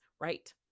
right